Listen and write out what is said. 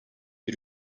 bir